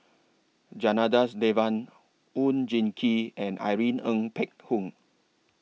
Janadas Devan Oon Jin Gee and Irene Ng Phek Hoong